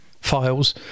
files